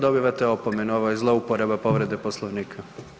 Dobivate opomenu, ovo je zlouporaba povrede Poslovnika.